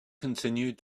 continued